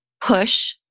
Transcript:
push